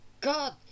god